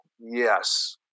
yes